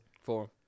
Four